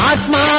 Atma